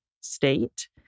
State